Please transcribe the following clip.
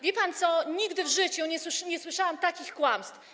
Wie pan co, nigdy w życiu nie słyszałam takich kłamstw.